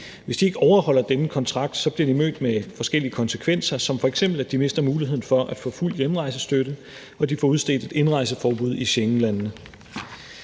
Hvis de ikke overholder denne kontrakt, bliver de mødt med forskellige konsekvenser som f.eks., at de mister muligheden for at få fuld hjemrejsestøtte, og at de får udstedt et indrejseforbud i Schengenlandene.